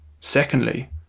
Secondly